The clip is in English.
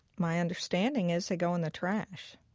my understanding is they go in the trash.